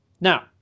Now